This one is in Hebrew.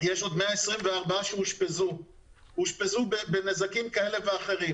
יש עוד 124 שאושפזו עם נזקים כאלה ואחרים